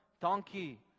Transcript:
donkey